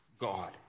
God